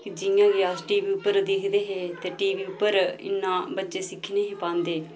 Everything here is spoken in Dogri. कि जियां कि अस टी वी उप्पर दिखदे हे कि टी वी उप्पर इन्ना बच्चे सिक्खी नेही पांदे